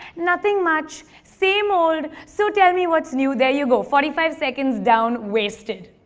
nothing much. same old. so tell me what's new? there you go, forty five seconds down, wasted.